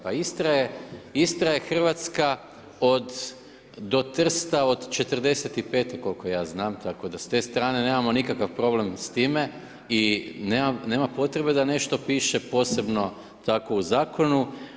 Pa Istra je Hrvatska od, do Trsta od '45. koliko ja znam tako da s te strane nemamo nikakav problem s time i nema potrebe da nešto piše posebno tako u zakonu.